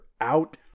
out